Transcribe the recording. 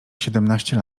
siedemnaście